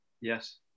Yes